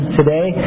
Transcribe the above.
today